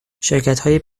شرکتای